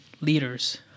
leaders